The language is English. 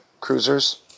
cruisers